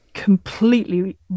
completely